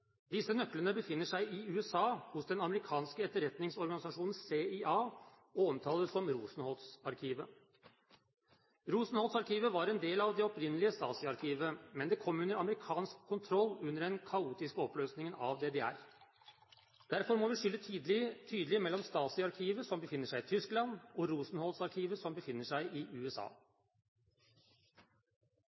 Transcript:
Disse nøklene befinner seg i USA, hos den amerikanske etterretningsorganisasjonen CIA, og omtales som Rosenholz-arkivet. Rosenholz-arkivet var en del av det opprinnelige Stasi-arkivet, men det kom under amerikansk kontroll under den kaotiske oppløsningen av DDR. Derfor må vi skille tydelig mellom Stasi-arkivet, som befinner seg i Tyskland, og Rosenholz-arkivet, som befinner seg i USA.